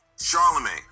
Charlemagne